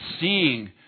seeing